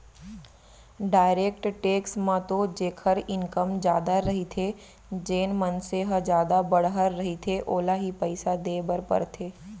direct tax म तो जेखर इनकम जादा रहिथे जेन मनसे ह जादा बड़हर रहिथे ओला ही पइसा देय बर परथे